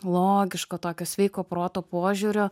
logiško tokio sveiko proto požiūrio